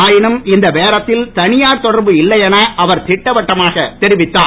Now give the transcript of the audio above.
ஆயினும் இந்த பேரத்தில் தனியார் தொடர்பு இல்லை என அவர் திட்டவட்டமாக தெரிவித்தார்